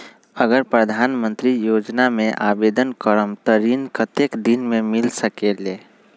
अगर प्रधानमंत्री योजना में आवेदन करम त ऋण कतेक दिन मे मिल सकेली?